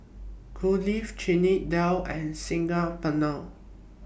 Kulfi Chana Dal and Saag Paneer